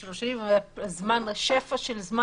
יש לכם שפע של זמן.